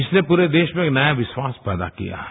इसने पूरे देश में एक नया विश्वास पैदा किया है